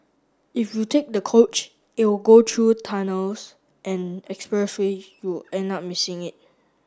if you take the coach it will go through tunnels and expressways you end up missing it